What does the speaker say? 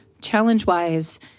challenge-wise